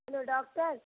hello doctor